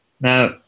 Now